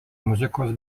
muzikos